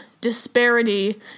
disparity